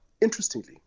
interestingly